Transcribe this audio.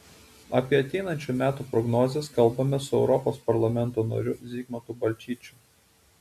apie ateinančių metų prognozes kalbamės su europos parlamento nariu zigmantu balčyčiu